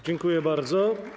Dziękuję bardzo.